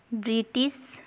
British